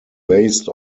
based